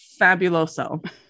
fabuloso